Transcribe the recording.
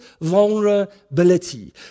vulnerability